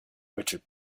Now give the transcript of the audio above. richard